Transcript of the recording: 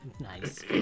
Nice